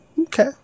Okay